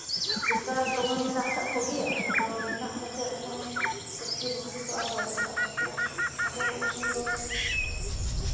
ᱵᱮᱠᱟᱨ ᱫᱚᱢᱮ ᱢᱮᱱᱟᱜ ᱠᱟᱜ ᱠᱚᱜᱮᱭᱟ ᱟᱫᱚ ᱢᱮᱱᱟᱜ ᱠᱟᱛᱮ ᱨᱮᱦᱚᱸ ᱪᱟᱹᱠᱨᱤ ᱵᱟᱹᱠᱨᱤ ᱛᱚ ᱟᱨ ᱵᱟᱹᱱᱩᱜ ᱠᱟᱜ ᱛᱟᱠᱚᱣᱟ ᱟᱫᱚ ᱩᱱᱠᱩ ᱫᱚ